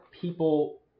people